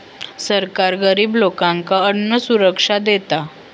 सरकार गरिब लोकांका अन्नसुरक्षा देता